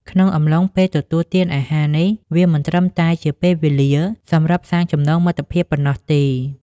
ក្នុងអំឡុងពេលទទួលទានអាហារនេះ វាមិនត្រឹមតែជាពេលវេលាសម្រាប់សាងចំណងមិត្តភាពប៉ុណោះទេ។